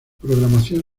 programación